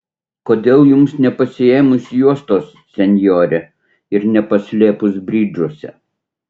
kodėl jums nepasiėmus juostos senjore ir nepaslėpus bridžuose